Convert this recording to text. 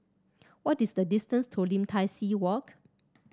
what is the distance to Lim Tai See Walk